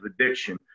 addiction